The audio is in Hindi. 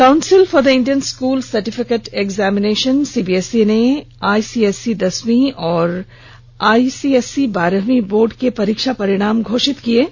council for the Indian school certificate examination CISCE ने आईसीएसई दसवी और आईसीएससी बारहवीं बोर्ड परीक्षा परिणाम कल घोषित कर दिया है